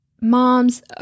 moms